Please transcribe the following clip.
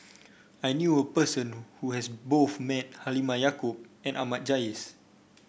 I knew a person who has met both Halimah Yacob and Ahmad Jais